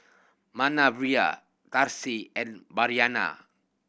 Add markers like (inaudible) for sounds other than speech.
Manervia (unintelligible) and Bryanna